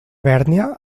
bèrnia